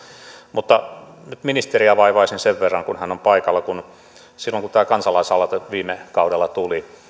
mutta nyt ministeriä vaivaisin sen verran kun hän on paikalla silloin kun tämä kansalaisaloite viime kaudella tuli